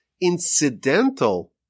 incidental